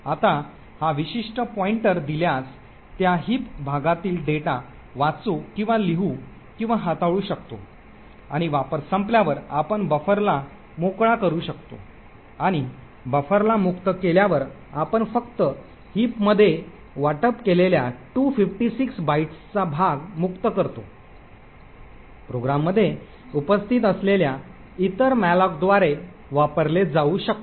आता हा विशिष्ट पॉईंटर दिल्यास त्या हिप भागातील डेटा वाचू किंवा लिहू किंवा हाताळू शकतो आणि वापर संपल्यावर आपण बफरला मोकळा करू शकतो आणि बफरला मुक्त केल्यावर आपण फक्त हिप मध्ये वाटप केलेल्या 256 बाइट्सचा भाग मुक्त करतो प्रोग्राममध्ये उपस्थित असलेल्या इतर मॅलोकद्वारे वापरले जाऊ शकते